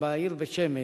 בעיר בית-שמש,